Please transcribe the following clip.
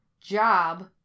job